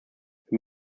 wir